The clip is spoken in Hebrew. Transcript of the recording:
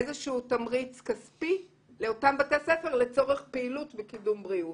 איזשהו תמריץ כספי לאותם בתי ספר לצורך פעילות בקידום בריאות.